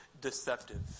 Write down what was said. deceptive